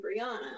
Brianna